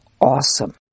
awesome